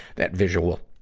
that visual.